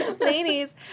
Ladies